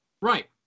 Right